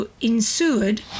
ensured